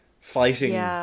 fighting